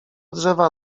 drzewa